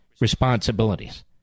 responsibilities